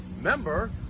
member